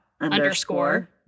underscore